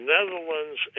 Netherlands